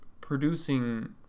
producing